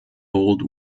old